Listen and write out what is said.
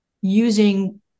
using